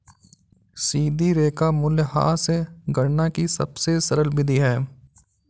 सीधी रेखा मूल्यह्रास गणना की सबसे सरल विधि है